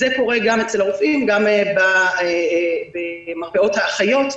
זה קורה גם אצל הרופאים, גם במרפאות האחיות.